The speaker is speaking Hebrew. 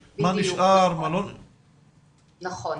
נכון.